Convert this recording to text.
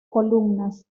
columnas